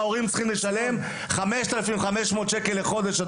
ההורים נאצלים לשלם כ-5,500 שקלים לחודש עבור מעון,